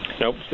Nope